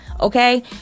Okay